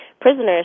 prisoners